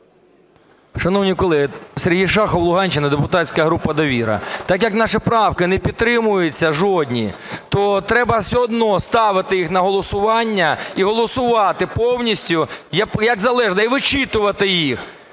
Шановні колеги! Сергій Шахов, Луганщина, депутатська група "Довіра". Так як наші правки не підтримуються жодні, то треба все одно ставити їх на голосування і голосувати повністю як належне, і вичитувати їх.